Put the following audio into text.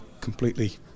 completely